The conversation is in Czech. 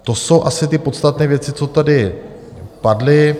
To jsou asi ty podstatné věci, co tady padly.